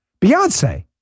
Beyonce